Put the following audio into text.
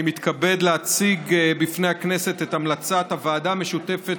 אני מתכבד להציג בפני הכנסת את המלצת הוועדה המשותפת